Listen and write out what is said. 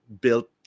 built